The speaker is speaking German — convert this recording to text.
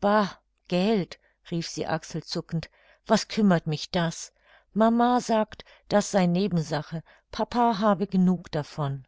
bah geld rief sie achselzuckend was kümmert mich das mama sagt das sei nebensache papa habe genug davon